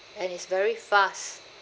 and it's very fast